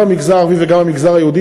גם במגזר הערבי וגם במגזר היהודי,